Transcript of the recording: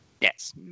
Yes